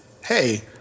hey